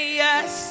yes